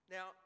Now